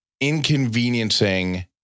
inconveniencing